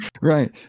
Right